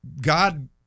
God